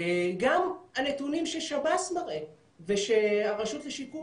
גם הנתונים ששב"ס מראה ושהרשות לשיקום